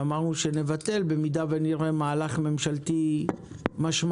ואמרנו שנבטל במידה ונראה מהלך ממשלתי משמעותי